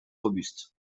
robuste